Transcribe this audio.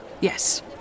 Yes